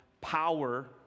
Power